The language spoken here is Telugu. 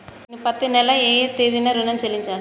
నేను పత్తి నెల ఏ తేదీనా ఋణం చెల్లించాలి?